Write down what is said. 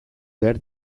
behar